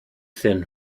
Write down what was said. thin